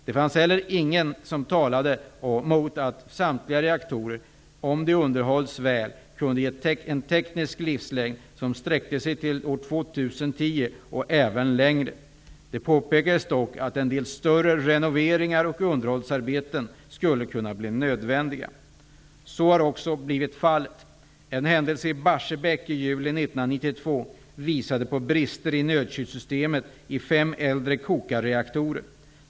Det fanns heller inget som talade mot att samtliga reaktorer, om de underhölls väl, kunde ges en teknisk livslängd som sträckte sig till år 2010 och även längre. Det påpekades dock att en del större renoveringar och underhållsarbeten skulle kunna bli nödvändiga. Så har också blivit fallet. En händelse i Barsebäck i juli 1992 visade på brister i nödkylsystemen i fem äldre kokarreaktorer.